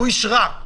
הוא איש רע.